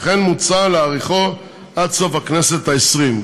ולכן מוצע להאריכו עד סוף הכנסת העשרים.